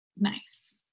nice